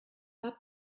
pas